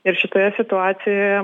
ir šitoje situacijoje